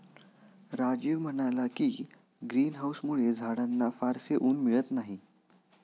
राजीव म्हणाला की, ग्रीन हाउसमुळे झाडांना फारसे ऊन मिळत नाही